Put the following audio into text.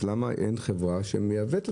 אז למה אין חברה שמייבאת.